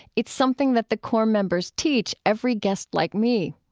it's something that the core members teach every guest like me.